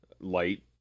light